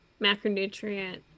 macronutrient